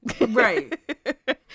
Right